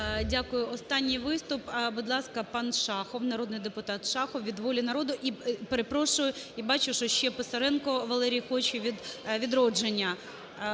Дякую. Останній виступ, будь ласка, пан Шахов. Народний депутат Шахов від "Волі народу". І, перепрошую, і бачу, що ще Писаренко хоче - від "Відродження".